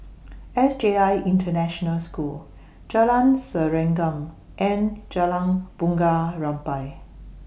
S I J International School Jalan Serengam and Jalan Bunga Rampai